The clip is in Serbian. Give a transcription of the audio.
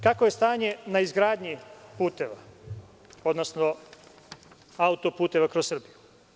Kakvo je stanje na izgradnji puteva, odnosno autoputeva kroz Srbiju“